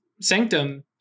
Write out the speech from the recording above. Sanctum